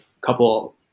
couple